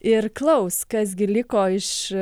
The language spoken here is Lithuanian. ir klaus kas gi liko iš